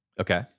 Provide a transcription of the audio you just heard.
Okay